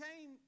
came